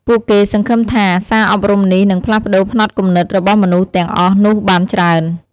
ពួកគេសង្ឃឹមថាសារអប់រំនេះនឹងផ្លាស់ប្តូរផ្នត់គំនិត របស់មនុស្សទាំងអស់នោះបានច្រើន។